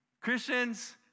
Christians